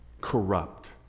corrupt